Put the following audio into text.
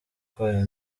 kwayo